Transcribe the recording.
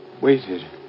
waited